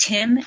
Tim